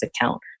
account